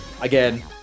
again